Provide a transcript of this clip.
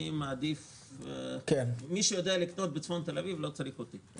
אני מעדיף מי שיודע לקנות בצפון תל אביב לא צריך אותי,